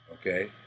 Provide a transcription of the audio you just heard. okay